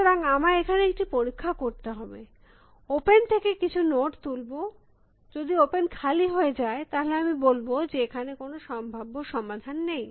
সুতরাং আমায় এখানে একটা পরীক্ষা করতে হবে ওপেন থেকে কিছু নোড তুলব যদি ওপেন খালি হয়ে যায় তাহলে আমি বলব যে এখানে কোনো সম্ভাব্য সমাধান নেই